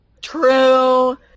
True